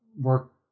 work